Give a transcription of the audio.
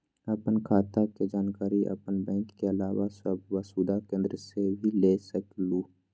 आपन खाता के जानकारी आपन बैंक के आलावा वसुधा केन्द्र से भी ले सकेलु?